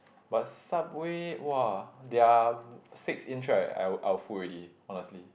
but Subway !wah! their six inch right I will I will full already honestly